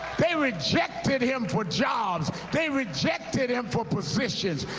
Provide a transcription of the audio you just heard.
they rejected him for jobs. they rejected him for positions.